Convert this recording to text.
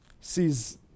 Sees